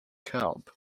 cab